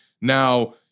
now